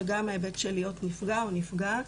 וגם ההיבט של להיות נפגע או נפגעת.